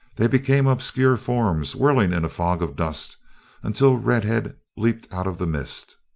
they became obscure forms whirling in a fog of dust until red-head leaped out of the mist.